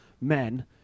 men